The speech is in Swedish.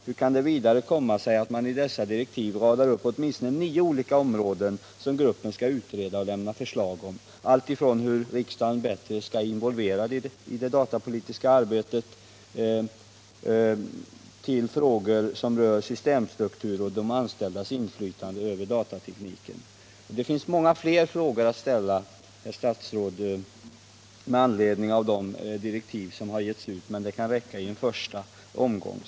Hur kan det komma sig att man i dessa direktiv radar upp åtminstone nio olika områden som gruppen skall utreda och lämna förslag om -— alltifrån hur riksdagen bättre skall involveras i det datapolitiska arbetet till frågor som rör systemstruktur och de anställdas inflytande över datatekniken? Det finns många fler frågor att ställa, herr statsråd, med anledning av de direktiv som getts ut, men dessa kan räcka i en första omgång.